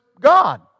God